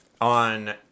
on